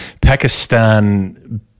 Pakistan